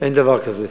אין דבר כזה.